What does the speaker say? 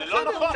זה לא נכון.